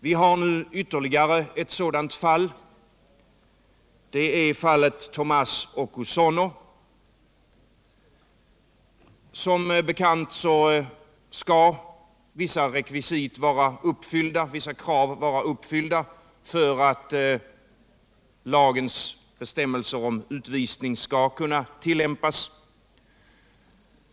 Vi har nu ytterligare ett sådant fall. Det är fallet Tomas Okusono. Som bekant skall vissa rekvisit vara uppfyllda för att lagens bestämmelser om utvisning skall kunna tillämpas.